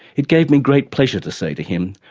it gave me great pleasure to say to him,